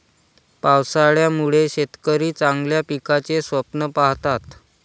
पावसाळ्यामुळे शेतकरी चांगल्या पिकाचे स्वप्न पाहतात